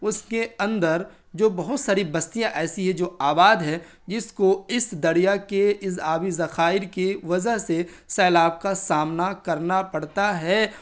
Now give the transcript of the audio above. اس کے اندر جو بہت ساری بستیاں ایسی ہیں جو آباد ہے جس کو اس دریا کے اس آبی ذخائر کی وجہ سے سیلاب کا سامنا کرنا پڑتا ہے